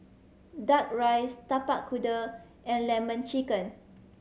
Duck Rice Tapak Kuda and Lemon Chicken